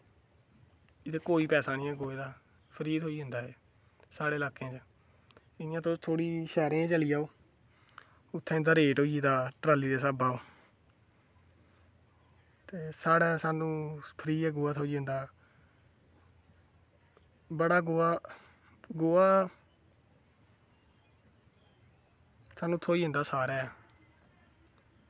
एह्दा कोई पैसा निं ऐ गोहे दा फ्री थ्होई जंदा साढ़े लाह्कें च इ'यां ते थोह्ड़ी शैह्रें च चली जाओ उत्थै इं'दा रेट होई गेदा ट्राली दे स्हाबा दा ते साढ़ै सानूं फ्री गै गोहा थ्होई जंदा बड़ा गोहा गोहा सानूं थ्होई जंदा सारै गै